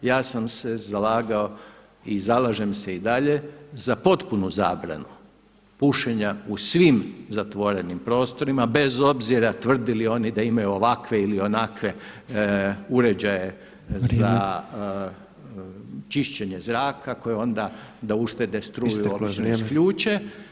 Ja sam se zalagao i zalažem se i dalje za potpunu zabranu pušenja u svim zatvorenim prostorima bez obzira tvrdili oni da imaju ovakve ili onakve uređaje za čišćenje zraka koje onda da uštede struju obično isključe.